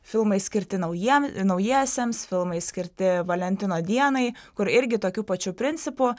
filmai skirti naujiem naujiesiems filmai skirti valentino dienai kur irgi tokiu pačiu principu